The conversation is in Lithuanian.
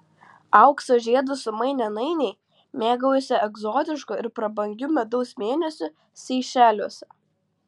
aukso žiedus sumainę nainiai mėgaujasi egzotišku ir prabangiu medaus mėnesiu seišeliuose